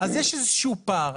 אז יש איזה שהוא פער.